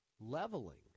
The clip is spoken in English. leveling